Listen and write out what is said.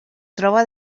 troba